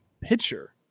pitcher